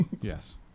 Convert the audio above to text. yes